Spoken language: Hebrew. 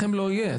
לכם לא יהיה?